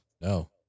No